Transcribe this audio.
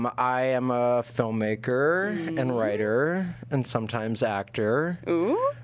um i am a filmmaker and writer, and sometimes actor. ooh?